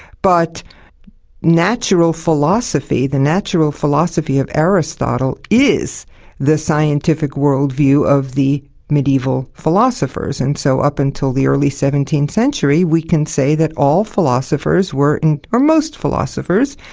but natural philosophy, the natural philosophy of aristotle, is the scientific worldview of the medieval philosophers, and so up until the early seventeenth century we can say that all philosophers were, and or most philosophers,